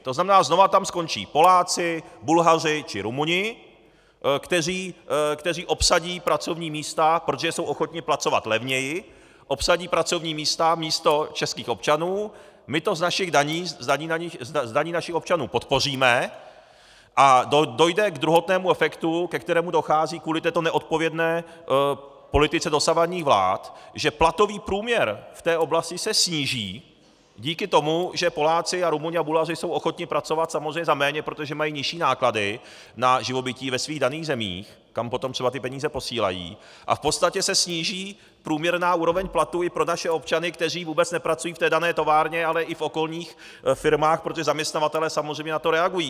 To znamená, znova tam skončí Poláci, Bulhaři či Rumuni, kteří obsadí pracovní místa, protože jsou ochotni pracovat levněji, obsadí pracovní místa místo českých občanů, my to z našich daní, z daní našich občanů podpoříme a dojde k druhotnému efektu, ke kterému dochází kvůli této neodpovědné politice dosavadních vlád, že platový průměr v této oblasti se sníží díky tomu, že Poláci, Rumuni a Bulhaři jsou ochotni pracovat samozřejmě za méně, protože mají nižší náklady na živobytí ve svých daných zemích, kam potom třeba ty peníze posílají, a v podstatě se sníží průměrná úroveň platů i pro naše občany, kteří vůbec nepracují v té dané továrně, ale i v okolních firmách, protože zaměstnavatelé samozřejmě na to reagují.